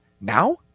Now